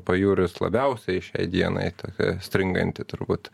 pajūris labiausiai šiai dienai tokia stringanti turbūt